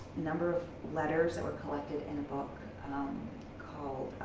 number of letters that were collected in a book called